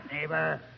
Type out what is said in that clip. neighbor